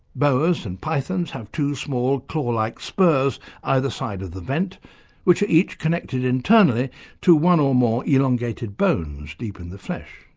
boas and pythons have two small claw-like spurs either side of the vent which are each connected internally to one or more elongated bones deep in the flesh.